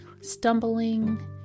stumbling